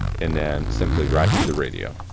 and then simply write to the radio.